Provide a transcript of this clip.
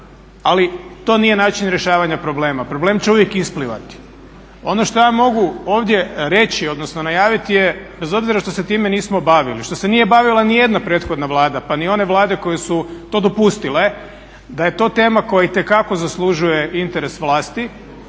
ali to nije način rješavanja problema. Problem će uvijek isplivati. Ono što ja mogu ovdje reći, odnosno najaviti je bez obzira što se time nismo bavili, što se nije bavila ni jedna prethodna Vlada, pa ni one Vlade koje su to dopustile, da je to tema koja itekako zaslužuje interes vlasti.